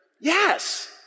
Yes